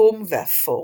חום ואפור,